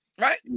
Right